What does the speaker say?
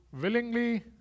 willingly